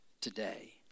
today